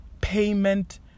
Payment